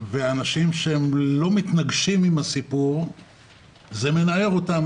ואנשים שלא מתנגשים עם הסיפור זה מנער אותם,